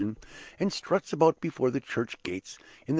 and struts about before the church gates,